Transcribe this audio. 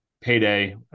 payday